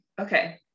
Okay